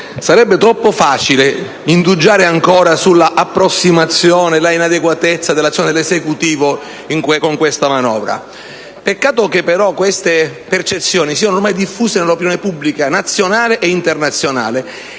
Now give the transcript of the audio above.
sarebbe troppo facile indugiare ancora sull'approssimazione e sull'inadeguatezza dell'azione posta in essere dall'Esecutivo con questa manovra. Peccato, però, che queste percezioni siano ormai diffuse nell'opinione pubblica nazionale e internazionale,